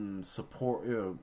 support